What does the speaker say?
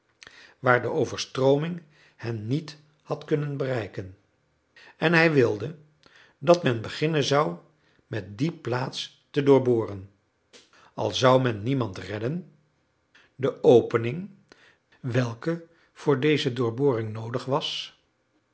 waar de overstrooming hen niet had kunnen bereiken en hij wilde dat men beginnen zou met die plaats te doorboren al zou men niemand redden de opening welke voor deze doorboring noodig was